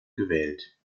gewählt